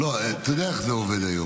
לא, אתה יודע איך זה עובד היום.